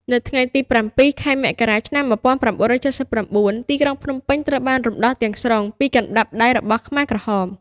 នៅថ្ងៃទី ៧ ខែមករា ឆ្នាំ ១៩៧៩ ទីក្រុងភ្នំពេញត្រូវបានរំដោះទាំងស្រុងពីកណ្ដាប់ដៃរបស់ខ្មែរក្រហម។